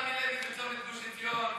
בצומת גוש-עציון,